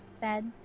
beds